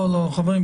לא, לא, חברים.